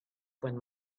find